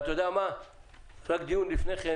רק דיון לפני כן